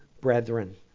brethren